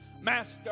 Master